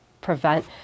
prevent